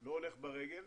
לא הולך ברגל.